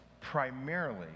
primarily